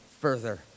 further